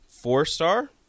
Four-star